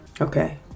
okay